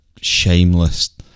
shameless